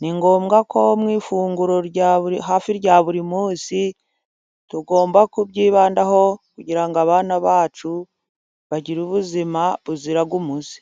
ni ngombwa ko mu ifunguro, rya buri hafi rya buri munsi, tugomba kubyibandaho kugira ngo abana bacu bagire ubuzima buzira umuze.